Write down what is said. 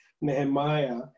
Nehemiah